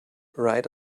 right